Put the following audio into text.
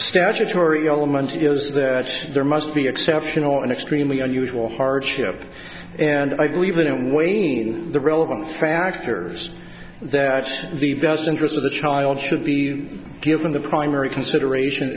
statutory element is that there must be exceptional and extremely unusual hardship and i believe in and weighing the relevant factors that the best interest of the child should be given the primary consideration